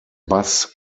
bass